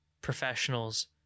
professionals